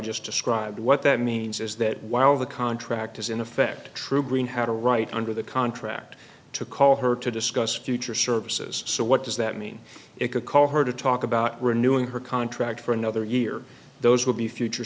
just described what that means is that while the contract is in effect true green had a right under the contract to call her to discuss future services so what does that mean it could cause her to talk about renewing her contract for another year those would be future